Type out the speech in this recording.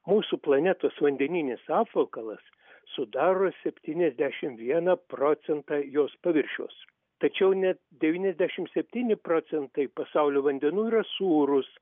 mūsų planetos vandeninis apvalkalas sudaro septyniasdešimt vieną procentą jos paviršius tačiau net devyniasdešimt septyni procentai pasaulio vandenų yra sūrūs